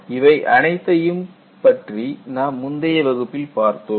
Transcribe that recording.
இவை அனைத்தையும் பற்றி நாம் முந்தைய வகுப்பில் பார்த்தோம்